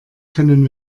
können